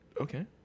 Okay